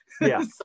Yes